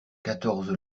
quatorze